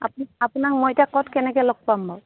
আপোনাক মই এতিয়া ক'ত কেনেকৈ লগ পাম বাৰু